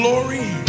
Glory